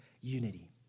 unity